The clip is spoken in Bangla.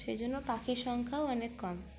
সেই জন্য পাখির সংখ্যাও অনেক কম